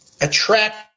attract